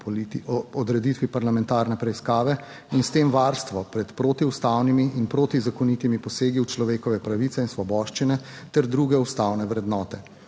odreditvi parlamentarne preiskave in s tem varstvo pred protiustavnimi in protizakonitimi posegi v človekove pravice in svoboščine ter druge ustavne vrednote,